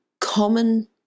common